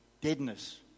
deadness